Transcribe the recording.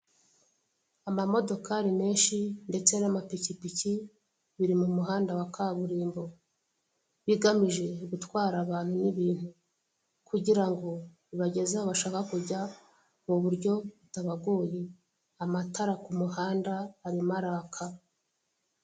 Amamodokari menshi ndetse n'amapikipiki biri mu muhanda wa kaburimbo. Bigamije gutwara abantu n'ibintu kugira ngo bibageze aho bashaka kujya mu buryo butabagoye. Amatara ku muhanda arimo araka.